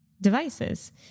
devices